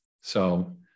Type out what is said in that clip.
So-